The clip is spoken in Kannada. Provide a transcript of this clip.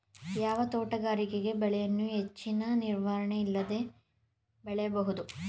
ಯಾವ ತೋಟಗಾರಿಕೆ ಬೆಳೆಯನ್ನು ಹೆಚ್ಚಿನ ನಿರ್ವಹಣೆ ಇಲ್ಲದೆ ಬೆಳೆಯಬಹುದು?